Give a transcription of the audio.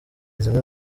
zimwe